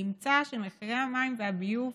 נמצא שמחירי המים והביוב